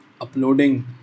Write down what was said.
Uploading